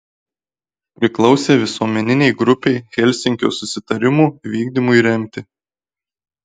priklausė visuomeninei grupei helsinkio susitarimų vykdymui remti